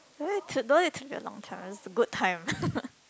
don't need to don't need to be a long time just a good time